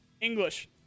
English